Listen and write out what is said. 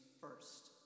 first